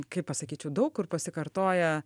kaip pasakyčiau daug kur pasikartoja